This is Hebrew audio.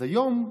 אז היום,